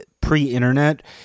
pre-internet